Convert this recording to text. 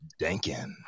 Dankin